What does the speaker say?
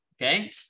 Okay